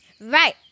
Right